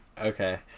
Okay